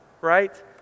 Right